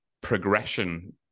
progression